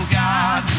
god